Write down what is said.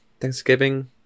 Thanksgiving